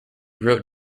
wrote